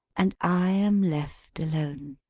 and i am left alone.